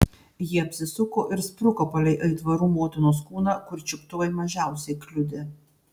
ji apsisuko ir spruko palei aitvarų motinos kūną kur čiuptuvai mažiausiai kliudė